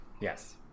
Yes